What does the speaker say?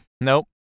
Nope